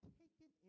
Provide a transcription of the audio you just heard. taken